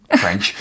French